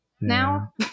now